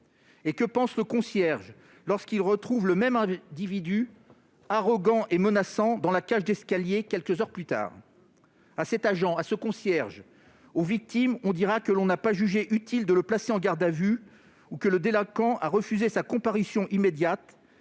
Et que pense le concierge lorsqu'il retrouve le même individu, arrogant et menaçant, dans la cage d'escalier, quelques heures plus tard ? À cet agent, à ce concierge, aux victimes, on dira que l'on n'a pas jugé utile de le placer en garde à vue ou que le délinquant a refusé sa comparution immédiate,